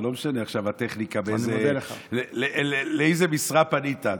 זה לא משנה עכשיו הטכניקה, לאיזו משרה פנית.